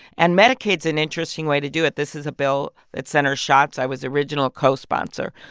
and medicaid's an interesting way to do it. this is a bill that's senator schatz. i was original co-sponsor,